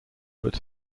but